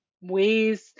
ways